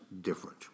different